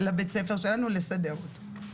לבית הספר שלנו, לסדר אותו.